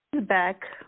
back